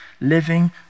living